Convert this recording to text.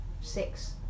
six